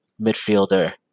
midfielder